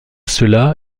cela